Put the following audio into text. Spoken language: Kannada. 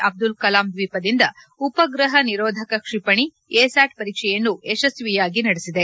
ಅಬ್ಲುಲ್ ಕಲಂ ದ್ವೀಪದಿಂದ ಉಪಗ್ರಹ ನಿರೋಧಕ ಕ್ಷಿಪಣಿ ಎ ಸ್ಯಾಟ್ ಪರೀಕ್ಷೆಯನ್ತು ಯಶಸ್ವಿಯಾಗಿ ನಡೆಸಿದೆ